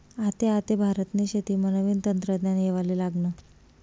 आते आते भारतनी शेतीमा नवीन तंत्रज्ञान येवाले लागनं